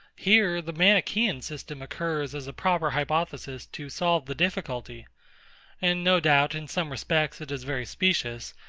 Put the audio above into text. here the manichaean system occurs as a proper hypothesis to solve the difficulty and no doubt, in some respects, it is very specious,